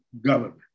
government